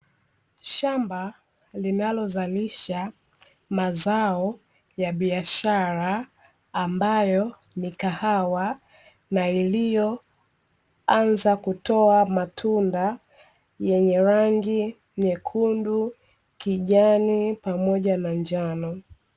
Shamba linalozalisha mazao ya biashara, ambayo ni kahawa na iliyoanza kutoa matunda yenye rangi nyekundu, kijani pamoja na njano.